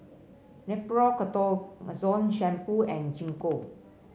Nepro Ketoconazole Shampoo and Gingko